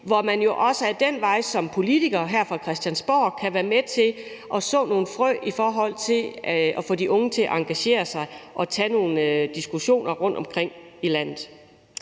hvor man jo også ad den vej som politiker her fra Christiansborg kan være med til at så nogle frø for at få de unge til at engagere sig og tage nogle diskussioner rundtomkring i landet.